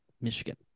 Michigan